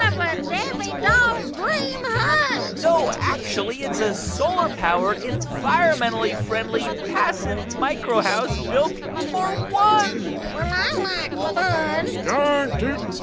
um um yeah um um ah you know actually, it's a solar-powered, environmentally friendly, passive microhouse built for one well, i like fun darn tooting